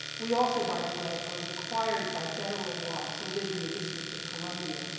we also, by the way, are required by federal law to live in the district of columbia,